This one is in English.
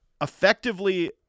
effectively